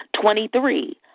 Twenty-three